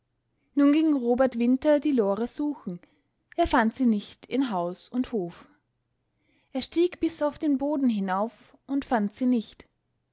nun ging robert winter die lore suchen er fand sie nicht in haus und hof er stieg bis auf den boden hinauf und fand sie nicht